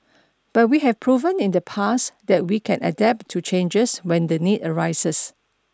but we have proven in the past that we can adapt to changes when the need arises